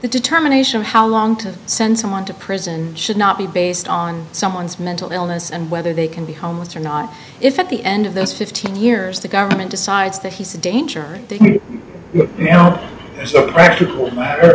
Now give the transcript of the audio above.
determination of how long to send someone to prison should not be based on someone's mental illness and whether they can be homeless or not if at the end of this fifteen years the government decides that he's a danger to you know as a practical matter